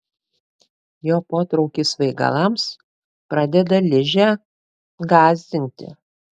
jo potraukis svaigalams pradeda ližę gąsdinti